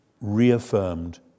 reaffirmed